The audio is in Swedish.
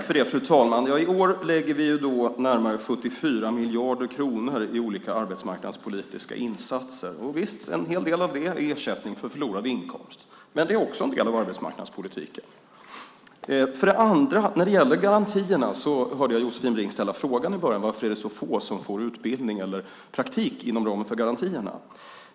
Fru talman! I år lägger vi närmare 74 miljarder kronor i olika arbetsmarknadspolitiska insatser. Visst - en hel del av detta är ersättning för förlorad inkomst, men även det är en del av arbetsmarknadspolitiken. När det gäller garantierna hörde jag i början Josefin Brink ställa frågan om varför det är så få som får utbildning eller praktik inom ramen för garantierna.